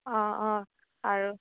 অ' অ' আৰু